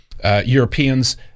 Europeans